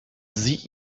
sie